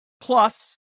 Plus